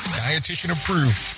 dietitian-approved